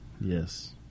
Yes